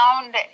found